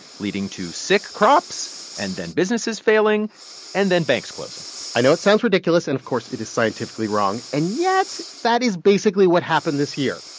leading to sick crops and then businesses failing and then banks closing i know it sounds ridiculous, and of course, it is scientifically wrong. and yet, that is basically what happened this year.